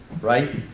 right